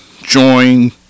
join